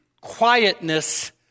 quietness